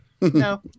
No